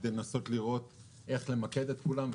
כדי לנסות לראות איך למקד את כולם.